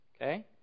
Okay